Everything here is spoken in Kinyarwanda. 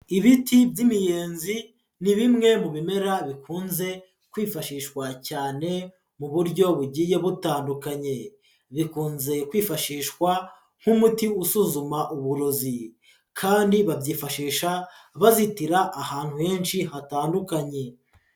Ibiti by'imiyenzi ni bimwe mu bimera bikunze kwifashishwa cyane mu buryo bugiye butandukanye, bikunze kwifashishwa nk'umuti usuzuma uburozi, kandi babyifashisha bazitira ahantu henshi hatandukanye.